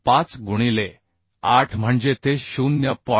0125 गुणिले 8 म्हणजे ते 0